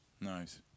Nice